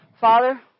Father